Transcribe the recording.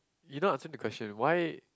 you not answering the question why